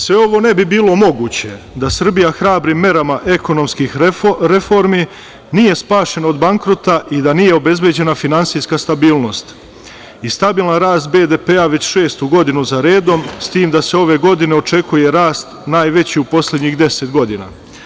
Sve ovo ne bi bilo moguće da Srbija hrabrim merama ekonomskih reformi nije spašena od bankrota i da nije obezbeđena finansijska stabilnost, stabilan rast BDP već šestu godinu za redom, s tim da se ove godine očekuje rast najveći u poslednjih deset godina.